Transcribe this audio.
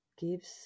gives